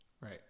right